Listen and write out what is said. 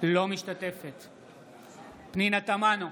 אינה משתתפת בהצבעה פנינה תמנו,